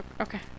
Okay